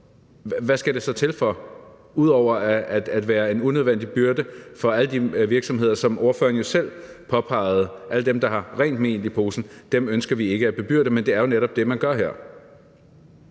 hvad skal det så til for ud over at være en unødvendig byrde for alle de virksomheder, der, som ordføreren selv påpegede, har rent mel i posen, og som vi ikke ønsker at bebyrde? For det er jo netop det, man gør her.